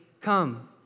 come